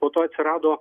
po to atsirado